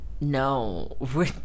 no